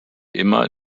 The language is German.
immer